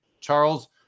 charles